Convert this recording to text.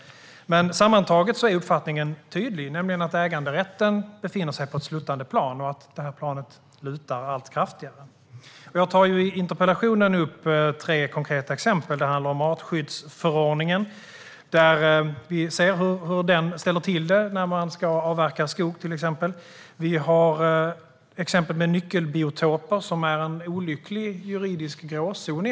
Sammantaget är dock uppfattningen tydlig, nämligen att äganderätten befinner sig på ett sluttande plan och att det lutar allt kraftigare. I interpellationen tar jag upp tre konkreta exempel. Det handlar om artskyddsförordningen som ställer till det när man exempelvis ska avverka skog. Vi har nyckelbiotoperna som utgör en olycklig juridisk gråzon.